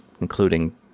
including